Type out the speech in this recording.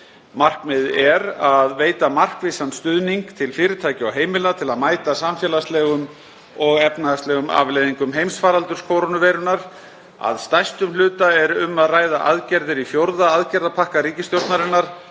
Markmiðið er að veita markvissan stuðning til fyrirtækja og heimila til að mæta samfélagslegum og efnahagslegum afleiðingum heimsfaraldurs kórónuveirunnar. Að stærstum hluta er um að ræða aðgerðir í fjórða aðgerðapakka ríkisstjórnarinnar,